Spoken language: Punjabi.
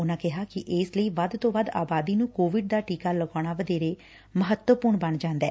ਉਨੂਾਂ ਕਿਹਾ ਕਿ ਇਸ ਲਈ ਵੱਧ ਤੋ ਵੱਧ ਆਬਾਦੀ ਨੂੰ ਕੋਵਿਡ ਦਾ ਟੀਕਾ ਲਗਾਉਣਾ ਵਧੇਰੇ ਮਹਤਰਪੂਰਨ ਬਣ ਜਾਂਦੈ